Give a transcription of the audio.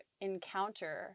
encounter